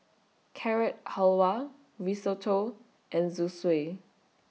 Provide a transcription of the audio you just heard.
Carrot Halwa Risotto and Zosui